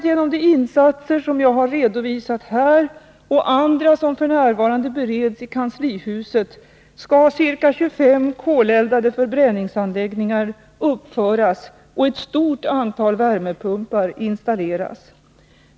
Genom de insatser jag här redovisat och andra insatser som f. n. bereds i kanslihuset skulle ca 25 koleldade förbränningsanläggningar uppföras och ett stort antal värmepumpar installeras.